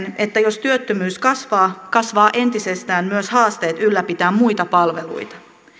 että jos työttömyys kasvaa kasvavat entisestään myös haasteet ylläpitää muita palveluita